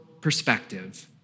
perspective